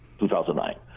2009